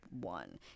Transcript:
one